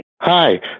Hi